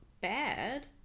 bad